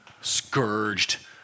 scourged